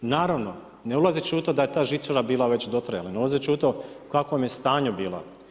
Naravno, ne ulazeći u to da je ta žičara bila već dotrajala, ne ulazeći u to kakvom je stanju bila.